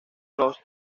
los